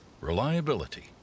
reliability